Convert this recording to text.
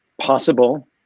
possible